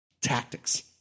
tactics